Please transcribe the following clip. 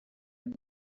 and